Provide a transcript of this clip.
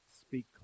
speak